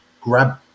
grab